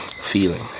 feeling